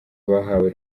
bahawe